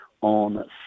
on